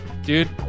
Dude